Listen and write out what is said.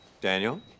Daniel